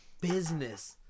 business